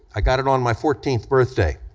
i got it on my fourteenth birthday.